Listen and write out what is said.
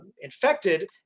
infected